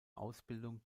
ausbildung